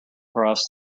across